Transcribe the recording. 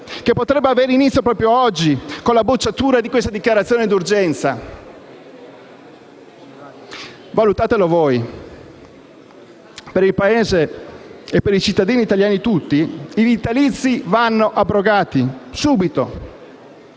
che potrebbe avere inizio proprio oggi con la bocciatura di questa dichiarazione di urgenza? Valutatelo voi. Per il Paese e per i cittadini italiani tutti i vitalizi vanno abrogati subito.